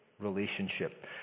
relationship